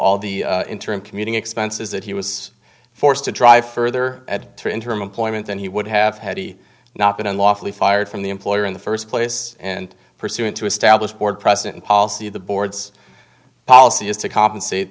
all the interim commuting expenses that he was forced to drive further through in term employment than he would have had he not been unlawfully fired from the employer in the st place and pursuant to established board present policy of the board's policy is to compensate